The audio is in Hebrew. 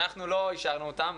אנחנו לא אישרנו אותן.